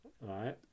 Right